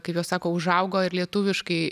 kaip jos sako užaugo ir lietuviškai